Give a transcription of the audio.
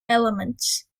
elements